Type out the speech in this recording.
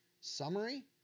Summary